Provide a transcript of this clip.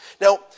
Now